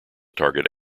target